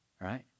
Right